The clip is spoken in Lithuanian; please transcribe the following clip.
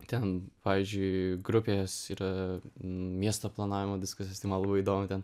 ten pavyzdžiui grupės yra miesto planavimo diskusijos tema tai man labai įdomu ten